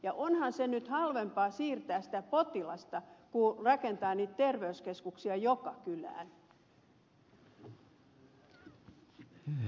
ja onhan se nyt halvempaa siirtää sitä potilasta kuin rakentaa niitä terveyskeskuksia joka kylään